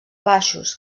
baixos